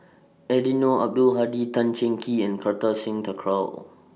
Eddino Abdul Hadi Tan Cheng Kee and Kartar Singh Thakral